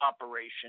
operation